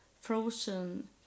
frozen